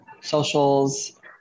socials